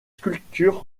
sculptures